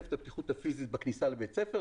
מעטפת הבטיחות הפיזית בכניסה לבית הספר.